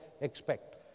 expect